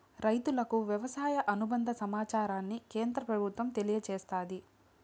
రైతులకు వ్యవసాయ అనుబంద సమాచారాన్ని కేంద్ర ప్రభుత్వం తెలియచేస్తాది